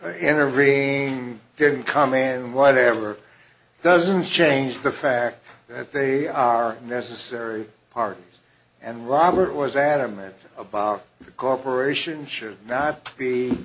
intervene didn't come in whatever doesn't change the fact that they are necessary part and robert was adamant about the corporation should not